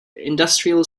industrial